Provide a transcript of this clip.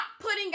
putting